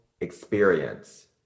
experience